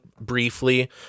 briefly